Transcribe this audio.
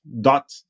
dot